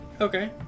Okay